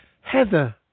heather